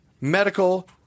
Medical